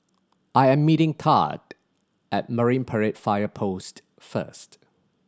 I am meeting Thad at Marine Parade Fire Post first